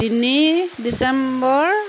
তিনি ডিচেম্বৰ